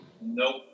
Nope